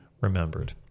remembered